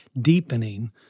deepening